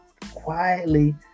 quietly